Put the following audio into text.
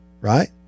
right